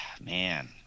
Man